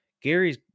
Gary's